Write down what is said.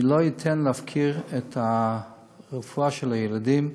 לא אתן להפקיר את הרפואה של הילדים,